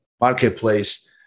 marketplace